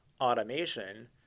automation